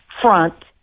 front